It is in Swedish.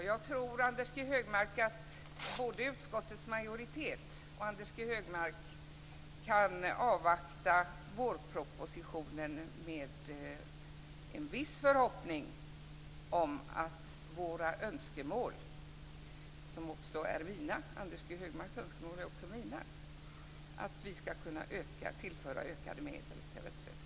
Herr talman! Jag tror att både utskottets majoritet och Anders G Högmark kan avvakta vårpropositionen med en viss förhoppning om att våra önskemål - Anders G Högmarks önskemål är också mina - tillgodoses, nämligen att vi ska kunna tillföra ökade medel till rättsväsendet.